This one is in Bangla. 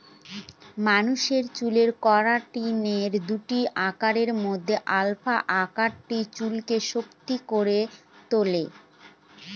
মানুষের চুলে কেরাটিনের দুই আকারের মধ্যে আলফা আকারটি চুলকে শক্ত করে তুলে